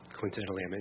coincidentally